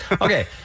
Okay